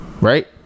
Right